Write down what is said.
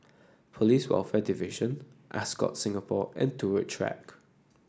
Police Welfare Division Ascott Singapore and Turut Track